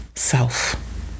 Self